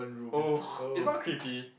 oh it's not creepy